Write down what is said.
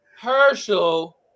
Herschel